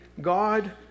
God